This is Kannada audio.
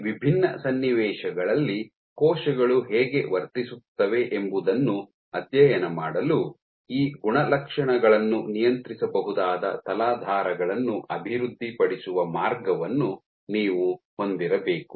ಈ ವಿಭಿನ್ನ ಸನ್ನಿವೇಶಗಳಲ್ಲಿ ಕೋಶಗಳು ಹೇಗೆ ವರ್ತಿಸುತ್ತವೆ ಎಂಬುದನ್ನು ಅಧ್ಯಯನ ಮಾಡಲು ಈ ಗುಣಲಕ್ಷಣಗಳನ್ನು ನಿಯಂತ್ರಿಸಬಹುದಾದ ತಲಾಧಾರಗಳನ್ನು ಅಭಿವೃದ್ಧಿಪಡಿಸುವ ಮಾರ್ಗವನ್ನು ನೀವು ಹೊಂದಿರಬೇಕು